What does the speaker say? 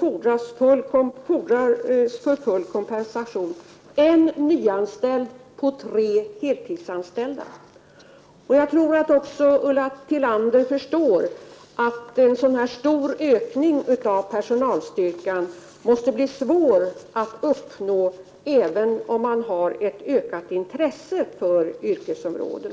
fordras för full kompensation en nyanställd på tre heltidsanställda. Jag tror att också Ulla Tillander förstår att en sådan stor ökning av personalstyrkan måste bli svår att uppnå, även om man har ett ökat intresse för yrkesområdet.